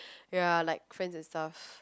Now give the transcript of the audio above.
ya like friend and stuff